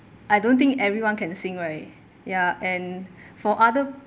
I don't think everyone can sing right ya and for other